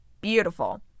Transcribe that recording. Beautiful